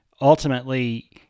ultimately